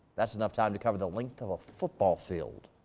that's enough time to cover the length of a football field.